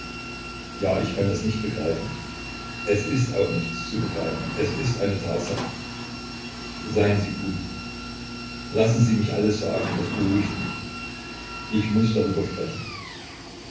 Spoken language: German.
ja ich kann es nicht begreifen es ist auch nichts zu begreifen es ist eine tatsache seien sie gut lassen sie mich alles sagen das beruhigt mich ich muß darüber sprechen